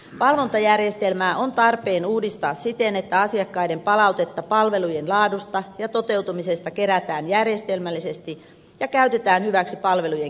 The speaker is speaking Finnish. valvontajärjestelmää on tarpeen uudistaa siten että asiakkaiden palautetta palvelujen laadusta ja toteutumisesta kerätään järjestelmällisesti ja käytetään hyväksi palvelujen kehittämisessä